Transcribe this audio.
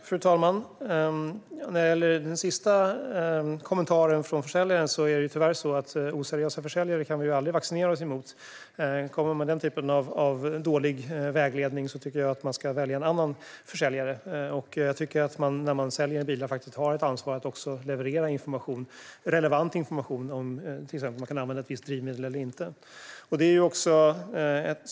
Fru talman! När det gäller kommentaren från försäljaren är det tyvärr så att oseriösa försäljare kan vi aldrig vaccinera oss emot. När man kommer med den typen av dålig vägledning tycker jag att konsumenten ska välja en annan försäljare. När man säljer bilar har man faktiskt ett ansvar att leverera relevant information, till exempel om ett visst drivmedel kan användas eller inte.